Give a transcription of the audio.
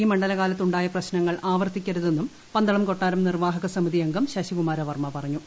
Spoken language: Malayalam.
ഈ മണ്ഡലകാലത്ത് ഉണ്ടായ പ്രപ്രിശ്നങ്ങൾ ആവർത്തിക്കരുതെന്നും പന്തളം കൊട്ടാരം നിർവാഹക സ്മിതി അംഗം ശശികുമാര വർമ പറഞ്ഞു